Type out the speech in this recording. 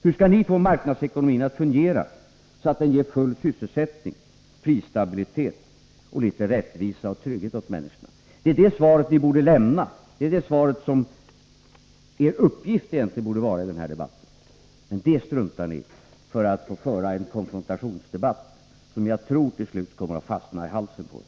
Hur skall ni få marknadsekonomin att fungera så att den ger full sysselsättning, prisstabilitet och litet rättvisa och trygghet åt människorna? Det är svaret på den frågan ni borde lämna. Det är egentligen er uppgift i den här debatten, men det struntar ni i för att få föra en konfrontationsdebatt, där jag tror att orden till slut kommer att fastna i halsen på er.